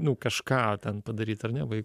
nu kažką ten padaryt ar ne vaikui